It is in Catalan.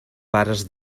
pares